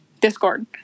Discord